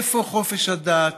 איפה חופש הדת